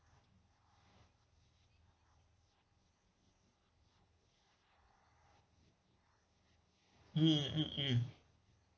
mm mm mm